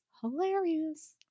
hilarious